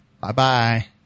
Bye-bye